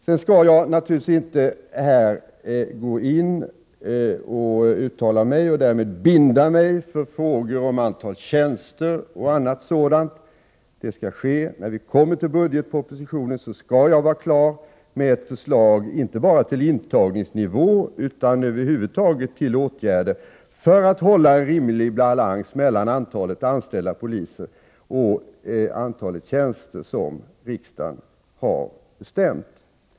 Sedan skall jag naturligtvis inte här uttala mig om och därmed binda mig för antalet tjänster och annat sådant. Det skall ske. Till budgetpropositionen skall jag vara klar med ett förslag, inte bara till intagningsnivå utan till åtgärder över huvud taget för att hålla en rimlig balans mellan antalet anställda poliser och antalet tjänster som riksdagen har bestämt.